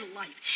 life